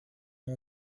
mon